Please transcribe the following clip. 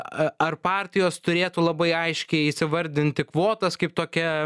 a ar partijos turėtų labai aiškiai įsivardinti kvotas kaip tokia